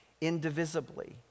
indivisibly